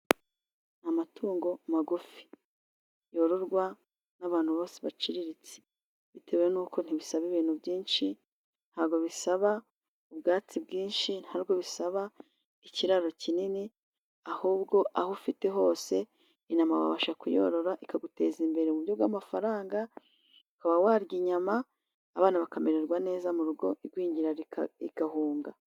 Amatungo magufi yororwa n'abantu bose baciriritse bitewe n'uko ntibisaba, ibintu byinshi ntago bisaba ubwatsi bwinshi ntanubwo bisaba ikiraro kinini, ahubwo aho ufite hose inma babasha, kuyorora ikaguteza imbere mu buryo bw'amafaranga ukaba warya inyama abana bakamererwa neza mu rugo igwingira igahunga.